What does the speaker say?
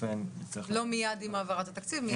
לא מיד עם העברת התקציב, מינואר.